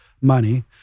money